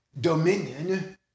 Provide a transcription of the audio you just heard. dominion